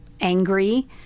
angry